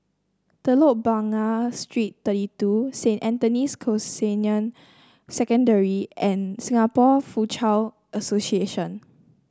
Telok Blangah Street Thirty two Saint Anthony's Canossian Secondary and Singapore Foochow Association